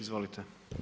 Izvolite.